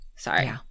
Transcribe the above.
Sorry